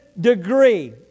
degree